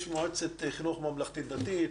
יש מועצת חינוך ממלכתית דתית,